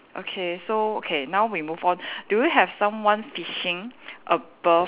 okay so okay now we move do you have someone fishing above